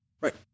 right